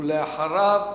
ואחריו,